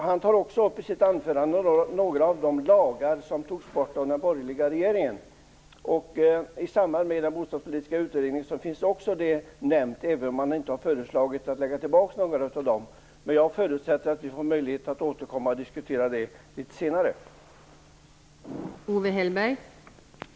I sitt anförande tog Owe Hellberg upp några av de lagar som togs bort av den borgerliga regeringen. I samband med Bostadspolitiska utredningen har det nämnts. Det har dock inte föreslagits att någon av de lagarna skall återtas. Jag förutsätter emellertid att vi får möjlighet att återkomma till det i en senare diskussion.